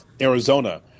Arizona